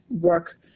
work